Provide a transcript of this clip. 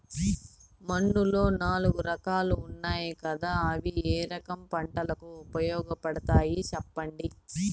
మన్నులో నాలుగు రకాలు ఉన్నాయి కదా అవి ఏ రకం పంటలకు ఉపయోగపడతాయి చెప్పండి?